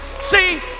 see